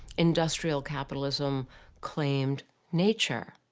industrial capitalism claimed nature.